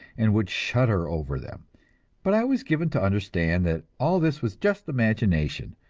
and would shudder over them but i was given to understand that all this was just imagination,